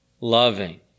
Loving